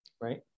right